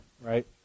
right